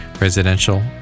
residential